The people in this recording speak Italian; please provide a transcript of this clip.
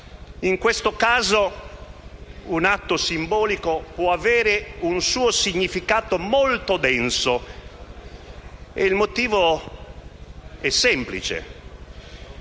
In questo caso, un atto simbolico può avere un suo significato molto denso e il motivo è semplice: